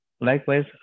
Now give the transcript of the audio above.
Likewise